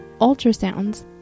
ultrasounds